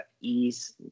ease